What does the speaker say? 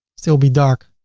still be dark,